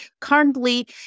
Currently